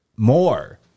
More